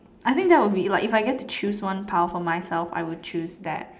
I think that will be like if I get to choose one power for myself I will choose that